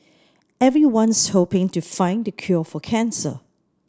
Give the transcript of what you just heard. everyone's hoping to find the cure for cancer